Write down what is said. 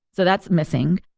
so that's missing.